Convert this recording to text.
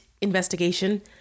investigation